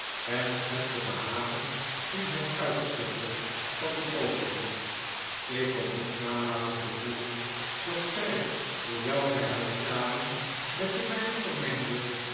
en schepte behagen in het uitstorten van dien overvloed ik kon niet nalaten te voelen dat zij hoewel zij haar tranen met de mijne vermengde